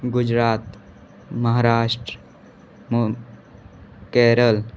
Gujarat Maharashtra Kerala